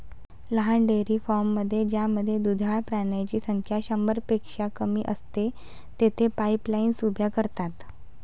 लहान डेअरी फार्ममध्ये ज्यामध्ये दुधाळ प्राण्यांची संख्या शंभरपेक्षा कमी असते, तेथे पाईपलाईन्स उभ्या करतात